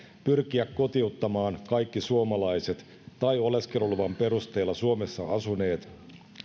pyrkiä kotiuttamaan kaikki suomalaiset tai oleskeluluvan perusteella suomessa asuneet